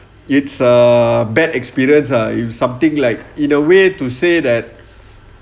it's a bad experience ah if something like in a way to say that